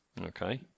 okay